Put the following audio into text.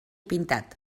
pintat